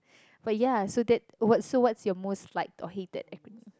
but ya so that what's so what's your most liked or hated acronym